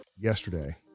yesterday